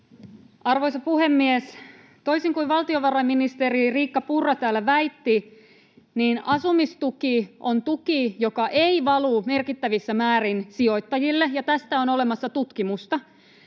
Arvoisa puhemies! Toisin kuin valtiovarainministeri Riikka Purra täällä väitti, niin asumistuki on tuki, joka ei valu merkittävissä määrin sijoittajille, ja tästä on olemassa tutkimusta.